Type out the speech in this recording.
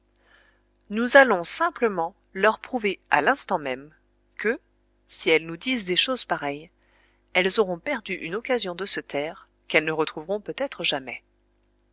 nous allons simplement leur prouver à l'instant même que si elles nous disent des choses pareilles elles auront perdu une occasion de se taire qu'elles ne retrouveront peut-être jamais